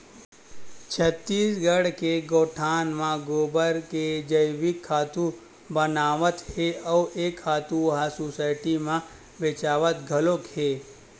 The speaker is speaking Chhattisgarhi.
छत्तीसगढ़ के गोठान म गोबर के जइविक खातू बनावत हे अउ ए खातू ह सुसायटी म बेचावत घलोक हे